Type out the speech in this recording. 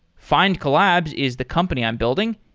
findcollabs is the company i'm building.